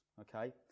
Okay